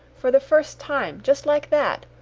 for the first time, just like that.